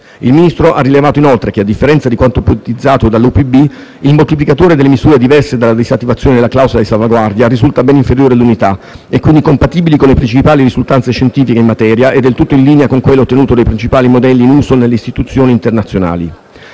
Il Ministro ha rilevato inoltre che, a differenza di quanto ipotizzato dall'Ufficio parlamentare di bilancio (UPB), il moltiplicatore delle misure diverse dalla disattivazione della clausola di salvaguardia risulta ben inferiore all'unità, e quindi compatibile con le principali risultanze scientifiche in materia e del tutto in linea con quello ottenuto dai principali modelli in uso nelle istituzioni internazionali.